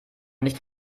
nicht